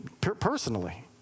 personally